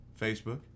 Facebook